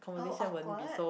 oh awkward